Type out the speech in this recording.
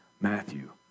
Matthew